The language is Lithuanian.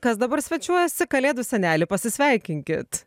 kas dabar svečiuojasi kalėdų seneli pasisveikinkit